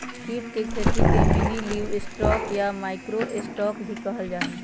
कीट के खेती के मिनीलिवस्टॉक या माइक्रो स्टॉक भी कहल जाहई